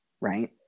right